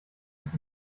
sich